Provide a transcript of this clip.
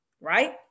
right